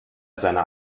seiner